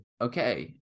okay